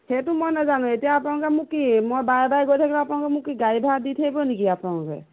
সেইটো মই নাজানো এতিয়া আপোনালোকে মোক কি মই বাৰে বাৰে গৈ থাকিম আপোনালোকে মোক কি গাড়ী ভাড়া দি থাকিব নেকি আপোনালোকে